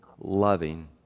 loving